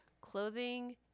clothing